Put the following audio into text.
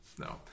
No